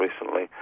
recently